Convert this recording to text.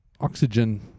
oxygen